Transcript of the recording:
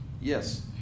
yes